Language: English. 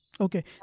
Okay